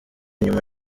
nyuma